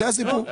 זה הסיפור.